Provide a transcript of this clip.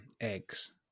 eggs